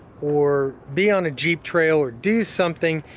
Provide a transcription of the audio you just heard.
or be on a jeep trail, or do something,